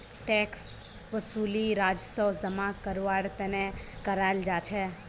tax वसूली राजस्व जमा करवार तने कराल जा छे